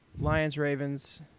Lions-Ravens